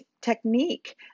technique